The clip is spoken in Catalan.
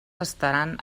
estaran